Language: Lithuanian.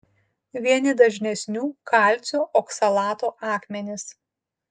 vieni dažnesnių kalcio oksalato akmenys